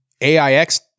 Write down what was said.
AIX